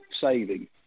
saving